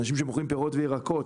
אנשים שמוכרים פירות וירקות,